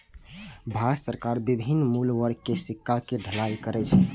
भारत सरकार विभिन्न मूल्य वर्ग के सिक्का के ढलाइ करै छै